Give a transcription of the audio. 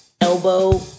elbow